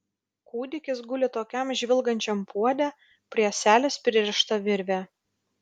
kūdikis guli tokiam žvilgančiam puode prie ąselės pririšta virvė